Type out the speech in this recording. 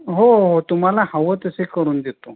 हो हो हो तुम्हाला हवं तसे करून देतो